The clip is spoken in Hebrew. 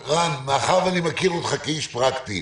מאחר ואני מכיר אותך כאיש פרקטי.